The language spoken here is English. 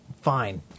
Fine